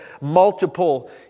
Multiple